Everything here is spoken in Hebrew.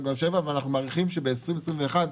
ואנחנו מעריכים שב-2021,